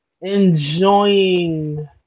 enjoying